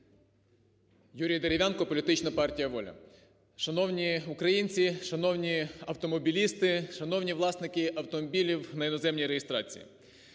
Юрій Дерев'янко, політична партія "Воля". Шановні українці! Шановні автомобілісти! Шановні власники автомобілів на іноземній реєстрації!